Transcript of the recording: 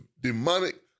demonic